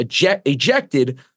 ejected